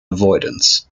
avoidance